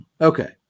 Okay